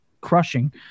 crushing